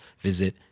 visit